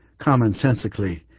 commonsensically